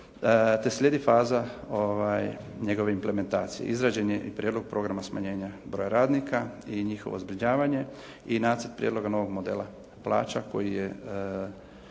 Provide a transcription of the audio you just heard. te slijedi faza njegove implementacije. Izrađen je i Prijedlog programa smanjenja broja radnika i njihovo zbrinjavanje i Nacrt prijedloga novog modela plaća koji je